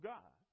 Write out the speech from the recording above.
God